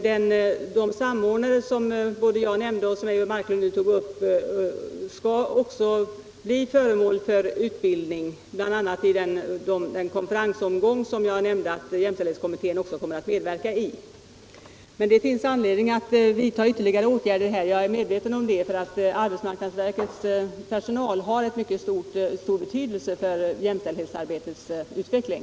De samordnare som både jag och Eivor Marklund nämnde skall bli föremål för utbildning, bl.a. i den konferensomgång som jag omtalade att jämställdhetskommittén skall medverka i. Det finns emellertid anledning att vidta ytterligare åtgärder — det är jag medveten om -— för arbetsmarknadsverkets personal har mycket stor betydelse för jämställdhetsarbetets utveckling.